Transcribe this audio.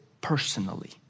personally